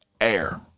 air